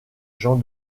jean